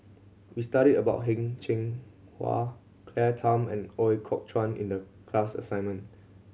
we studied about Heng Cheng Hwa Claire Tham and Ooi Kok Chuen in the class assignment